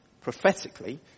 prophetically